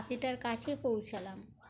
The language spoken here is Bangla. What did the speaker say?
পাখিটার কাছে পৌঁছালাম